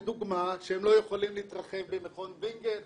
לדוגמא, שהם לא יכולים להתרחב במכון וינגייט.